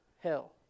hell